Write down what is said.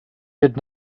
did